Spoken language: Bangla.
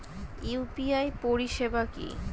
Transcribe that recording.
ইউ.পি.আই পরিষেবা কি?